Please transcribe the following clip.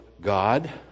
God